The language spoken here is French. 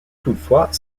toutefois